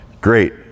great